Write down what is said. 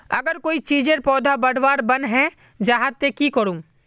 अगर कोई चीजेर पौधा बढ़वार बन है जहा ते की करूम?